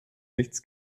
nichts